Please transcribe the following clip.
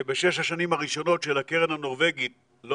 שבשש השנים הראשונות של הקרן הנורבגית לא